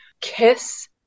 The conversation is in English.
kiss